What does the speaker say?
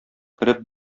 кереп